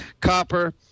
copper